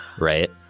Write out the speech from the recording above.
right